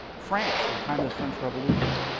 france at the time of the french revolution,